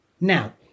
Now